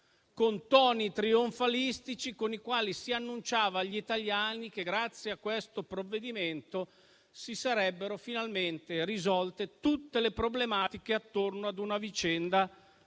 con toni trionfalistici, con i quali si annunciava agli italiani che, grazie a questo provvedimento, si sarebbero finalmente risolte tutte le problematiche attorno ad una vicenda gravissima,